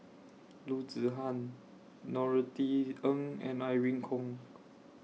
Loo Zihan Norothy Ng and Irene Khong